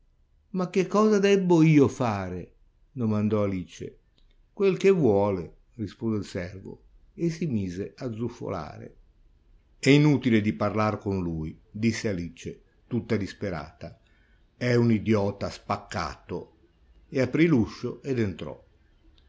ma che cosa debbo io fare domandò alice quel che vuole rispose il servo e si mise a zufolare è inutile di parlar con lui disse alice tutta disperata è un idiota spaccato e aprì l'uscio ed entrò